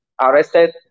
arrested